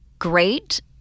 Great